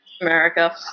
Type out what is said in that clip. America